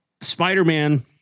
spider-man